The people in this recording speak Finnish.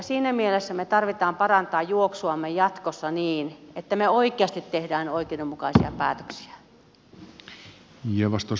siinä mielessä meidän tarvitsee parantaa juoksuamme jatkossa niin että me oikeasti teemme oikeudenmukaisia päätöksiä